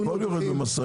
הכול יורד במשאיות.